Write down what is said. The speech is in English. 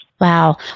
Wow